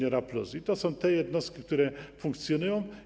I to są te jednostki, które funkcjonują.